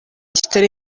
kitari